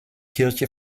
kirche